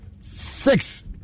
six